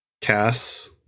Cass